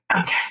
Okay